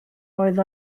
oedd